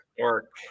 work